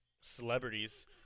celebrities